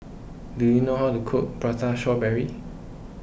do you know how to cook Prata Strawberry